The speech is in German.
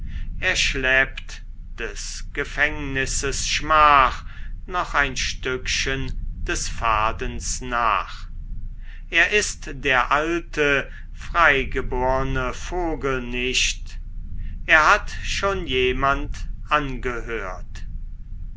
er schleppt des gefängnisses schmach noch ein stückchen des fadens nach er ist der alte freigeborne vogel nicht er hat schon jemand angehört